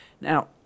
Now